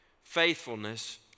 faithfulness